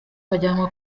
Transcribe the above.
bajyanwa